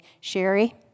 Sherry